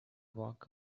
walk